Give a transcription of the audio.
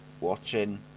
watching